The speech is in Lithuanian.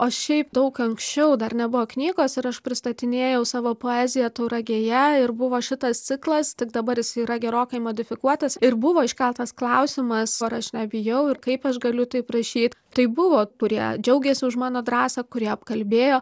o šiaip daug anksčiau dar nebuvo knygos ir aš pristatinėjau savo poeziją tauragėje ir buvo šitas ciklas tik dabar jis yra gerokai modifikuotas ir buvo iškeltas klausimas ar aš nebijau ir kaip aš galiu taip rašyt tai buvo kurie džiaugėsi už mano drąsą kurie apkalbėjo